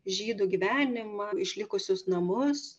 žydų gyvenimą išlikusius namus